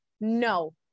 No